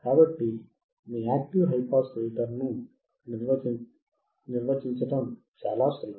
కాబట్టి మీ active high pass ఫిల్టర్ను నిర్వచించడం చాలా సులభం